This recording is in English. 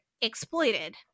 exploited